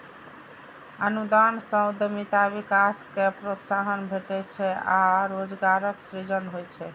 अनुदान सं उद्यमिता विकास कें प्रोत्साहन भेटै छै आ रोजगारक सृजन होइ छै